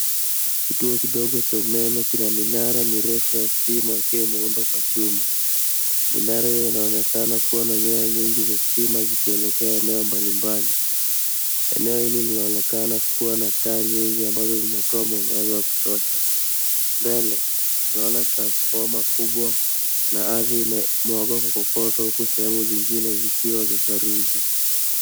Kituo kidogo cha umeme kina minara mirefu ya stima yakiwa yameundwa kwa chuma. Minara hiyo inaonekana kuwa na nyaya nyingi za stima zikielekea eneo mbali mbali. Eneo hili linaonekana kuwa na taa nyingi zinatoa mwangaza wa kutosha. Mbele tunaona transfoma kubwa na ardhi imemwagwa kokoto huku sehemu nyingine ikiwa ni ya saruji.